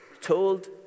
told